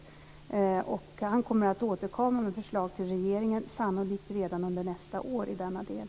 Han kommer att återkomma till regeringen med förslag, sannolikt redan under nästa år i denna del.